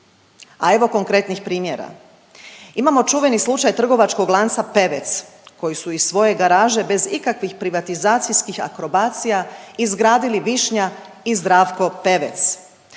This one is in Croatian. a evo konkretnih primjera. Imamo čuveni slučaj Trgovačkog lanca Pevec koji su iz svoje garaže bez ikakvih privatizacijskih akrobacija izgradili Višnja i Zdravko Pevec.